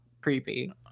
creepy